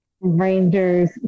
Rangers